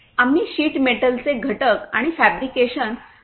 आम्ही sheet metal चे घटक आणि फॅब्रिकेशन तयार करीत आहोत